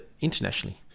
internationally